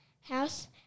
house